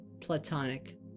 platonic